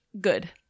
Good